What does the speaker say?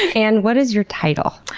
and what is your title?